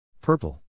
purple